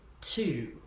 two